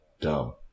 dumb